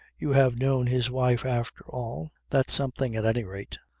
you have known his wife after all. that's something at any rate.